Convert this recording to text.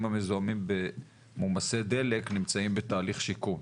המזוהמים במומסי דלק נמצאים בתהליך שיקום.